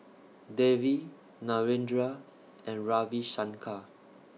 Devi Narendra and Ravi Shankar